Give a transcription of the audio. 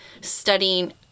studying